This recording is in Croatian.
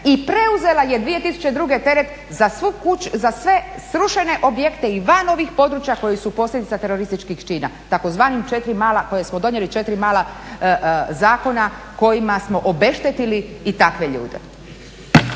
i preuzela je 2002. teret za sve srušene objekte i van ovih područja koji su posljedica terorističkih čina, tzv. četiri mala koje smo donijeli, četiri mala zakona kojima smo obeštetili i takve ljude.